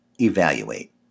evaluate